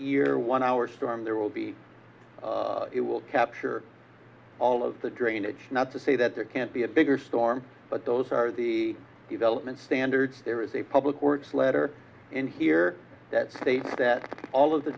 year one hour storm there will be it will capture all of the drainage not to say that there can't be a bigger storm but those are the development standards there is a public works letter in here that states that all of the